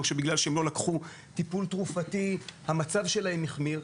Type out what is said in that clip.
או בגלל שהם לא לקחו טיפול תרופתי והמצב שלהם החמיר.